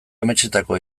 ametsetako